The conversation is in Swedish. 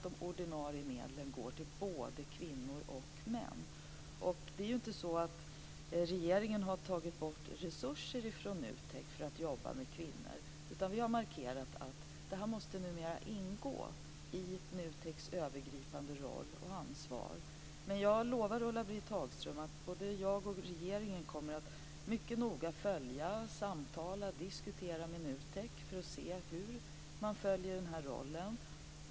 De ordinarie medlen ska gå till både kvinnor och män. Regeringen har inte tagit bort resurser att jobba med kvinnor från NUTEK. Vi har markerat att det numera måste ingå i NUTEK:s övergripande roll och ansvar. Jag lovar Ulla-Britt Hagström att både jag och regeringen kommer att mycket noga följa, samtala och diskutera med NUTEK för att se hur man följer rollen.